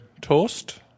toast